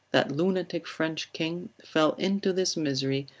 that lunatic french king, fell into this misery,